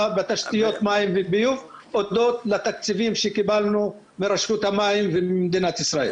בתשתיות מים וביוב אודות לתקציבים שקיבלנו מרשות המים וממדינת ישראל.